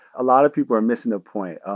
a lot of people are missing the point.